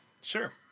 Sure